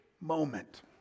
moment